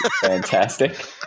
fantastic